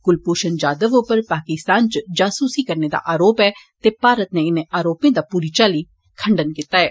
कुलभूषण उप्पर पाकिस्तान च जासुसी करने दा आरोप ऐ ते भारत नै इनें आरोपें दा पूरी चाल्ली खंडन कीता ऐ